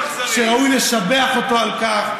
וראוי לשבח אותו על כך,